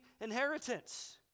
inheritance